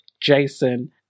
Jason